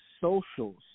socials